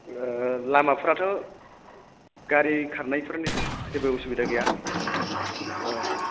लामाफ्राथ' गारि खारनायफोरनि जेबो उसुबिदा गैया